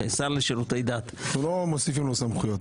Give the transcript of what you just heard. לא מוסיפים לו סמכויות.